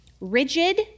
rigid